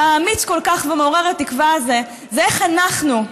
האמיץ כל כך ומעורר התקווה הזה זה איך אנחנו,